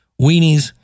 weenies